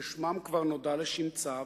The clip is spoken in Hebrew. ששמם כבר נודע לשמצה,